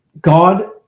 God